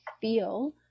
feel